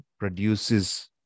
produces